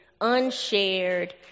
unshared